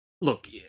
look